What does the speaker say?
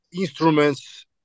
instruments